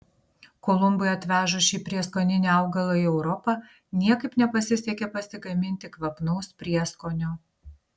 kolumbui atvežus šį prieskoninį augalą į europą niekaip nepasisekė pasigaminti kvapnaus prieskonio